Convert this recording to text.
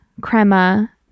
Crema